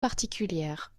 particulière